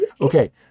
Okay